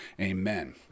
Amen